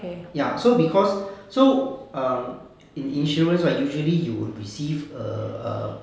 ya so because so err in insurance right usually you will receive a